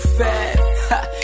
fat